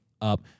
up